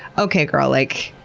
okay girl, like,